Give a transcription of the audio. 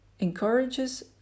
encourages